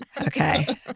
Okay